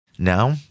Now